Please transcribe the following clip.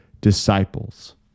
disciples